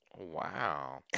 Wow